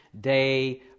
day